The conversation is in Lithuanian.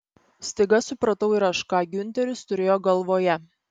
staiga supratau ir aš ką giunteris turėjo galvoje